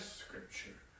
scripture